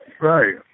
Right